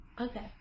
Okay